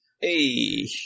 Hey